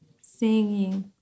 singing